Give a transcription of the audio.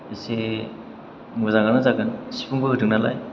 एसे मोजाङानो जागोन सिफुंबो होदों नालाय